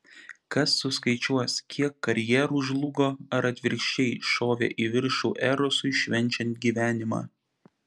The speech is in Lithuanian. kas suskaičiuos kiek karjerų žlugo ar atvirkščiai šovė į viršų erosui švenčiant gyvenimą